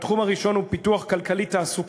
התחום הראשון הוא פיתוח כלכלי-תעסוקתי,